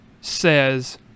says